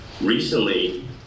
Recently